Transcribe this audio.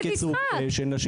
וחשוב להזכיר גם לכם.